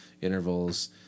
intervals